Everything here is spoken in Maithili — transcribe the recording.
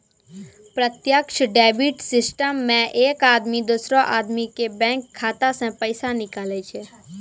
प्रत्यक्ष डेबिट सिस्टम मे एक आदमी दोसरो आदमी के बैंक खाता से पैसा निकाले छै